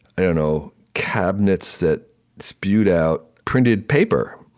i don't know, cabinets that spewed out printed paper.